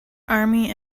army